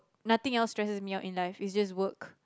nothing else stresses me out in life it's just work